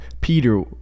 Peter